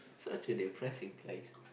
such a depressing place